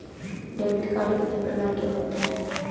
Debit card कितनी प्रकार के होते हैं?